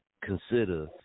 consider